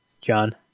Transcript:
John